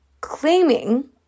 claiming